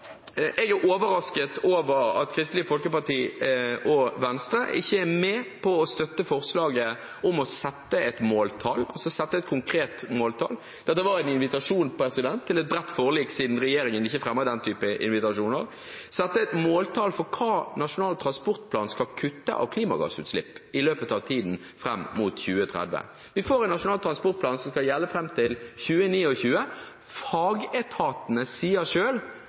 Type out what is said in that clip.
Kristelig Folkeparti og Venstre ikke er med på å støtte forslaget om å sette et måltall, altså sette et konkret måltall – dette var en invitasjon til et bredt forlik siden regjeringen ikke fremmer den typen invitasjoner – for hva Nasjonal transportplan skal kutte av klimagassutslipp i løpet av tiden fram mot 2030. Vi får en nasjonal transportplan som skal gjelde fram til 2029. Fagetatene sier